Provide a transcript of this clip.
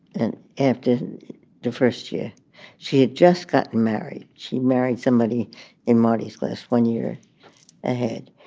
and after the first year she had just gotten married. she married somebody in modest class one year ahead.